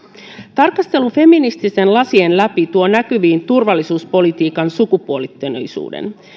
tarkastelu feminististen lasien läpi tuo näkyviin turvallisuuspolitiikan sukupuolittuneisuuden